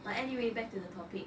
but anyway back to the topic